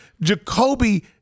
Jacoby